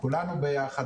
כולנו ביחד,